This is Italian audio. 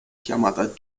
chiamata